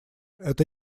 это